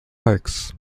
parks